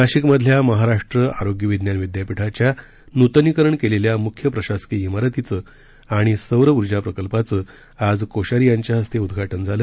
नाशिकमधल्या महाराष्ट्र आरोग्य विज्ञान विद्यापीठाच्या नूतनीकरण केलेल्या मुख्य प्रशासकिय िरतीचं आणि सौरउर्जा प्रकल्पाचं आज कोश्यारी यांच्या हस्ते उदघाटन झालं